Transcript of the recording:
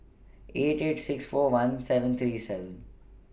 eight eight six four one seven three seven